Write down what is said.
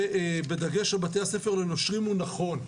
ובדגש לבתי הספר לנושרים, הוא נכון.